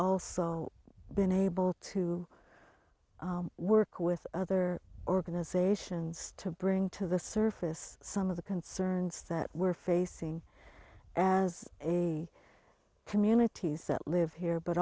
also been able to work with other organizations to bring to the surface some of the concerns that we're facing as a communities that live here but